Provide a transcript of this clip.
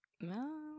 No